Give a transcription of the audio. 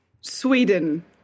Sweden